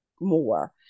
more